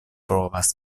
povas